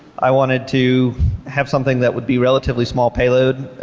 i wanted to have something that would be relatively small payload.